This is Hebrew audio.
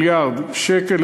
מיליארד שקל,